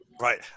Right